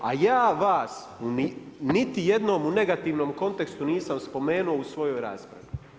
A ja vas niti u jednom negativnom kontekstu nisam spomenuo u svojoj raspravi.